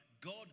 God